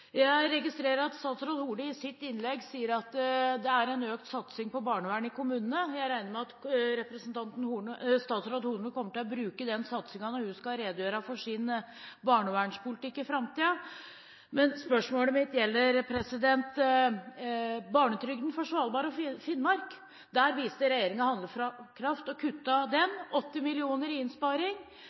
Jeg registrerer at statsråd Horne i sitt innlegg sa at det er en økt satsing på barnevern i kommunene. Jeg regner med at statsråd Horne kommer til å bruke den satsingen når hun skal redegjøre for sin barnevernspolitikk i framtiden. Men spørsmålet mitt gjelder barnetrygden for Svalbard og Finnmark. Der viste regjeringen handlekraft. De kuttet i den – 80 mill. kr i innsparing